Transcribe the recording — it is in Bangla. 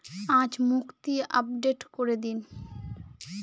আজ মুক্তি আপডেট করে দিন